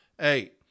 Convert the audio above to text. Eight